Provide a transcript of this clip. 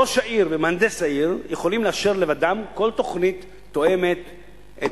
ראש העיר ומהנדס העיר יכולים לאשר לבדם כל תוכנית שתואמת את